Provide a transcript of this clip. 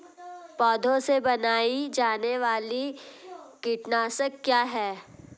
पौधों से बनाई जाने वाली कीटनाशक क्या है?